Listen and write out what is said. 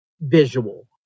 visual